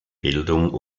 bildung